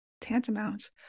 Tantamount